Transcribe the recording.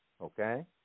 okay